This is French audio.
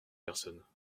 personnes